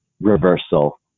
reversal